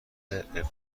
ابراز